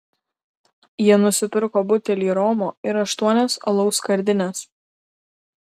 jie nusipirko butelį romo ir aštuonias alaus skardines